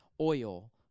oil